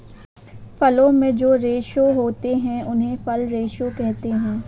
फलों में जो रेशे होते हैं उन्हें फल रेशे कहते है